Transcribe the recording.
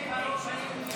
וכעת?